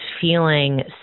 feeling